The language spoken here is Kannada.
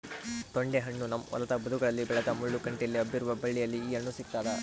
ತೊಂಡೆಹಣ್ಣು ನಮ್ಮ ಹೊಲದ ಬದುಗಳಲ್ಲಿ ಬೆಳೆದ ಮುಳ್ಳು ಕಂಟಿಯಲ್ಲಿ ಹಬ್ಬಿರುವ ಬಳ್ಳಿಯಲ್ಲಿ ಈ ಹಣ್ಣು ಸಿಗ್ತಾದ